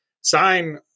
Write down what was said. sign